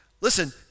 Listen